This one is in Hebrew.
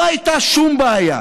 לא הייתה שום בעיה.